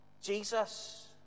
Jesus